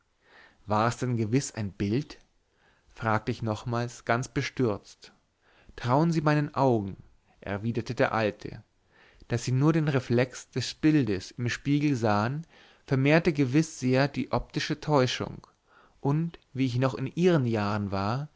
war es denn gewiß ein bild fragte ich nochmals ganz bestürzt trauen sie meinen augen erwiderte der alte daß sie nur den reflex des bildes im spiegel sahen vermehrte gewiß sehr die optische täuschung und wie ich noch in ihren jahren war